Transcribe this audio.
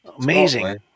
Amazing